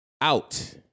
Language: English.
out